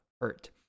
hurt